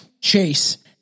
Chase